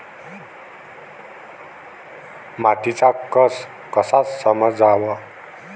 मातीचा कस कसा समजाव?